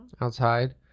outside